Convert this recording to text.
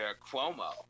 Cuomo